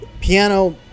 Piano